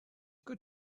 good